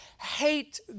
hate